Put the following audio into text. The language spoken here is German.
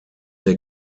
der